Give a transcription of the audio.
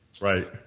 Right